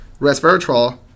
resveratrol